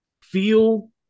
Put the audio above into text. feel